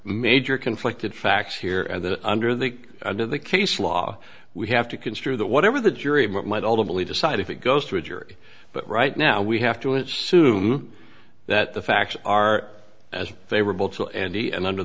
major conflicted facts here and that under the under the case law we have to construe that whatever the jury might ultimately decide if it goes to a jury but right now we have to assume that the facts are as favorable to andy and under